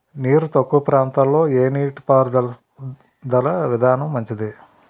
నీరు తక్కువ ప్రాంతంలో ఏ నీటిపారుదల విధానం మంచిది?